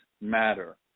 matter